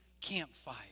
campfire